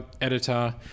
editor